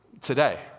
today